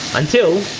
until